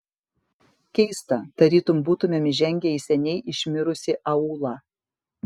keista tarytum būtumėm įžengę į seniai išmirusį aūlą